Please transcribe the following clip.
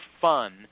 fun